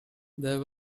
there